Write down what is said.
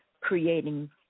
creating